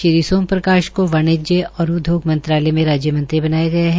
श्री सोम प्रकाश को वाणिज्य और उदयोग मंत्रालय में राज्य मंत्री बनाया गया है